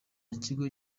kigo